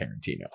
Tarantino